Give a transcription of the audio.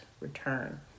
return